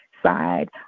side